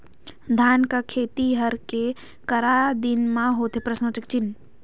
धान के खेती हर के करा दिन म होथे?